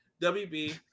WB